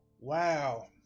Wow